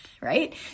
right